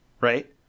right